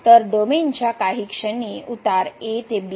तर डोमेनच्या काही क्षणी उतार a ते b